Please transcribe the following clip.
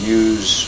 use